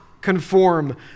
conform